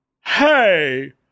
Hey